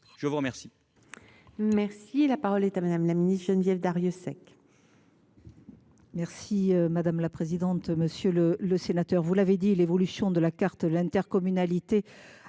Je vous remercie